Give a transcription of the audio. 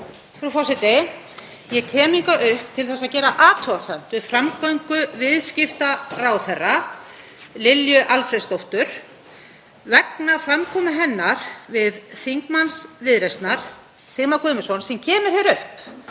Frú forseti. Ég kem hingað upp til að gera athugasemd við framgöngu viðskiptaráðherra Lilju Alfreðsdóttur vegna framkomu hennar við þingmann Viðreisnar, Sigmar Guðmundsson, sem kemur hér upp